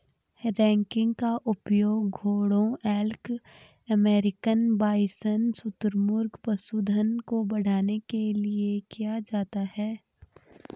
ranking का उपयोग घोड़ों एल्क अमेरिकन बाइसन शुतुरमुर्ग पशुधन को बढ़ाने के लिए किया जाता है